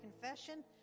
confession